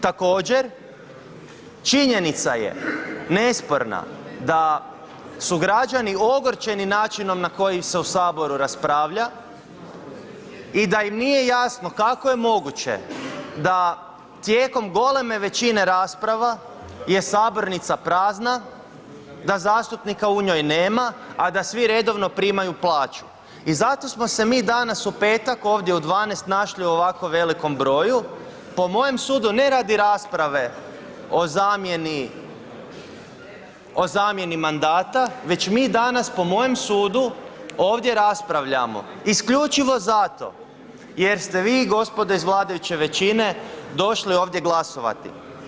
Također, činjenica je nesporna da su građani ogorčeni načinom na koji se u Saboru raspravlja i da im nije jasno kako je moguće da tijekom goleme većine rasprava je sabornica prazna, da zastupnika u njoj nema a da svi redovno primaju plaću i zato smo se mi danas, u petak ovdje u 12 našli u ovako velikom broju, po mojem sudu ne radi rasprave o zamjeni mandata već mi danas po mojem sudu ovdje raspravljamo isključivo zato jer ste vi gospodo iz vladajuće većine, došli ovdje glasovati.